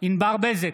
ענבר בזק,